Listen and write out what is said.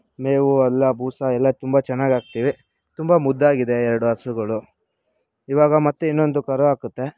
ಮೇವು ಎಲ್ಲ ಬೂಸಾ ಎಲ್ಲ ತುಂಬ ಚೆನ್ನಾಗಿ ಹಾಕ್ತೀವಿ ತುಂಬ ಮುದ್ದಾಗಿದೆ ಎರಡು ಹಸುಗಳು ಇವಾಗ ಮತ್ತೆ ಇನ್ನೊಂದು ಕರು ಹಾಕುತ್ತೆ